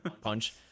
punch